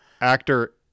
actor